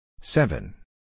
Seven